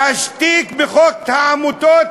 להשתיק בחוק את העמותות,